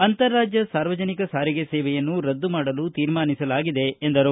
ಅಂತರರಾಜ್ಞ ಸಾರ್ವಜನಿಕ ಸಾರಿಗೆ ಸೇವೆಯನ್ನು ರದ್ದುಮಾಡಲು ತೀರ್ಮಾನಿಸಲಾಗಿದೆ ಎಂದರು